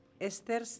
Esther